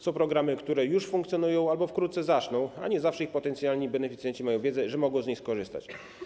Są programy, które już funkcjonują albo wkrótce zaczną funkcjonować, a nie zawsze ich potencjalni beneficjenci mają wiedzę, że mogą z nich skorzystać.